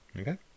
Okay